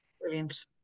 Brilliant